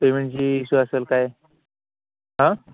पेमेंटची इश्यू असेल काय आं